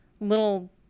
little